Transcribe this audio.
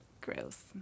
gross